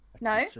No